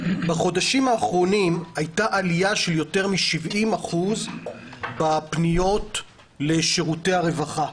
בחודשים האחרונים הייתה עלייה של יותר מ-70% בפניות לשירותי הרווחה,